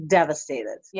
devastated